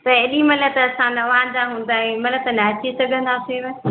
त ऐॾीमहिल त असां न वांदा हूंदा आयूं हिनमहिल त न अची सघंदासींव